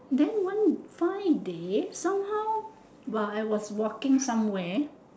then one fine day somehow while I was walking somewhere